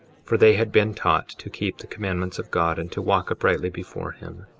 for they had been taught to keep the commandments of god and to walk uprightly before him.